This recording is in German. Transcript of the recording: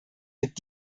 mit